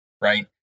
right